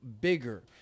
bigger